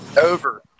Over